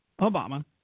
Obama